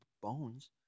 bones